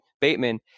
Bateman